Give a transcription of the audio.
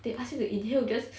they ask me to eat here just